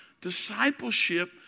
discipleship